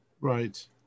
Right